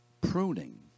Pruning